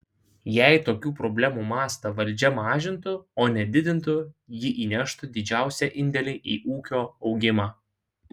jei tokių problemų mastą valdžia mažintų o ne didintų ji įneštų didžiausią indėlį į ūkio augimą